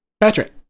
Patrick